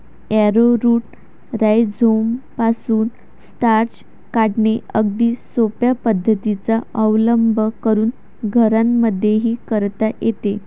arrowroot राईझोमपासून starch काढणे अगदी सोप्या पद्धतीचा अवलंब करून घरांमध्येही करता येते